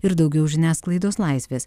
ir daugiau žiniasklaidos laisvės